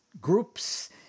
groups